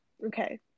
Okay